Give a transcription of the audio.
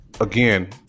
again